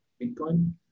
bitcoin